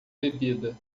bebida